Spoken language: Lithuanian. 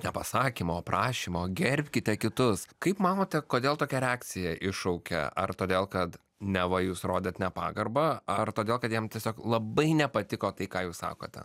nepasakymo o prašymo gerbkite kitus kaip manote kodėl tokią reakciją iššaukia ar todėl kad neva jūs rodėt nepagarbą ar todėl kad jiem tiesiog labai nepatiko tai ką jūs sakote